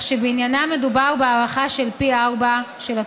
כך שבעניינם מדובר בהארכה של התקופה פי ארבעה.